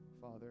Father